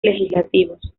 legislativos